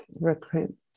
recruit